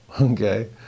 okay